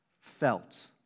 felt